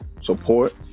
support